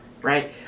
right